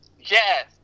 yes